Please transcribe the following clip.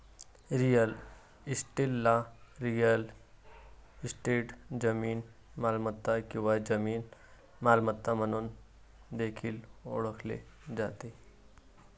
real इस्टेटला real estate, जमीन मालमत्ता किंवा जमीन मालमत्ता म्हणून देखील ओळखले जाते